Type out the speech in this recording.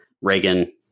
Reagan